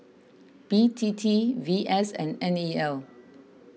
B T T V S and N E L